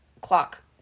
Clock